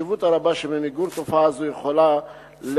על החשיבות הרבה שבמיגור תופעה זו יכולה ללמד